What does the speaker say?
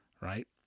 right